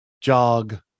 jog